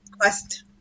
quest